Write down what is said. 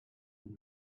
and